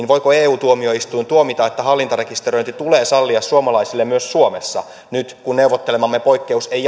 voiko eu tuomioistuin tuomita että hallintarekisteröinti tulee sallia suomalaisille myös suomessa nyt kun neuvottelemamme poikkeus ei